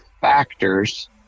factors